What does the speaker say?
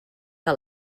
que